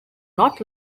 not